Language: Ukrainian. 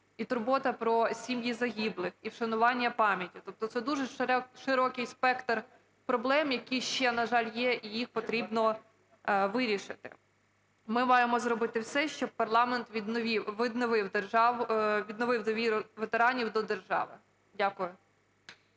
і турбота про сім'ї загиблих, і вшанування пам'яті, тобто це дуже широкий спектр проблем, які ще, на жаль, є і їх потрібно вирішити. Ми маємо зробити все, щоб парламент відновив довіру ветеранів до держави. Дякую.